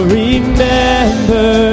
remember